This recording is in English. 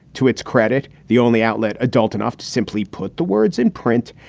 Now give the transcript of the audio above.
to its credit, the only outlet adult enough to simply put the words in print,